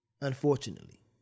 Unfortunately